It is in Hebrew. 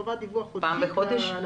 חובת דיווח אחת לחודש.